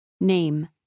Name